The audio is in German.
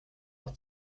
auch